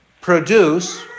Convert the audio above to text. produce